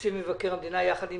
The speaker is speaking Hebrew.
תקציב מבקר המדינה יחד עם